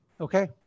Okay